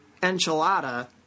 enchilada